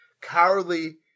cowardly